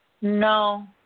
No